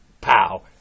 pow